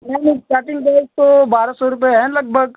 नहीं नहीं cutting rate तो बारह सौ रुपये है लगभग